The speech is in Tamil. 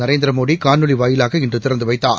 நரேந்திர மோடி காணொலி வாயிலாக இன்று திறந்து வைத்தார்